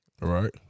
Right